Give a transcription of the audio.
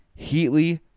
Heatley